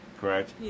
correct